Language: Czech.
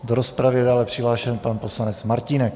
Do rozpravy je dále přihlášen pan poslanec Martínek.